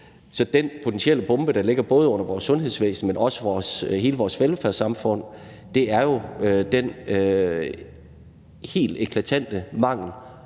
den potentielle bombe, der ikke bare ligger under vores sundhedsvæsen, men også under hele vores velfærdssamfund, nemlig den helt eklatante mangel